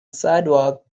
sidewalk